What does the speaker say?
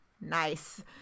Nice